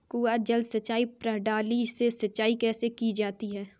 कुआँ जल सिंचाई प्रणाली से सिंचाई कैसे की जाती है?